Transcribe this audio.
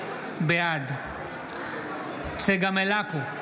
בעד צגה מלקו,